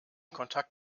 kontakt